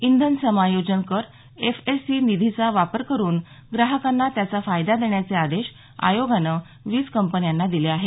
इंधन समायोजन कर एफ ए सी निधीचा वापर करुन ग्राहकांना त्याचा फायदा देण्याचे आदेश आयोगानं वीज कंपन्यांना दिले आहेत